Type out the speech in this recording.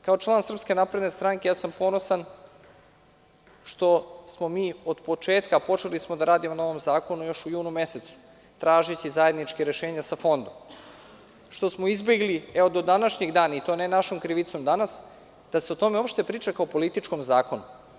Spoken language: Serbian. Kao član SNS ja sam ponosan što smo mi otpočetka, počeli smo da radimo na ovom zakonu još u junu mesecu, tražeći zajednički rešenje sa Fondom, izbegli do današnjeg dana, i to ne našom krivicom danas, da se o tome uopšte priča kao o političkom zakonu.